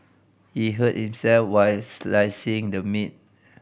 he hurt himself while slicing the meat